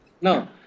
No